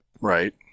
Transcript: Right